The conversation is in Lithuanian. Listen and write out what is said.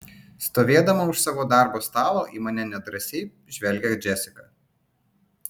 stovėdama už savo darbo stalo į mane nedrąsiai žvelgia džesika